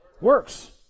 works